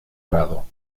grado